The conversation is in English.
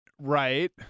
Right